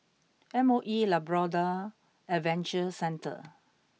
M O E Labrador Adventure Centre